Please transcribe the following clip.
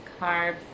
carbs